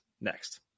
next